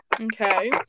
Okay